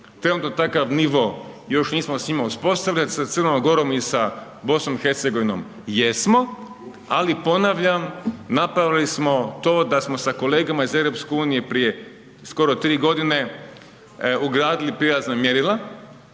onda takav nivo, još nismo s njima uspostavili sa Crnom Gorom i sa BIH jesmo, ali ponavljam, napravili smo to da smo sa kolegama iz EU, prije, skoro 3 g. ugradili prijelazna mjerila,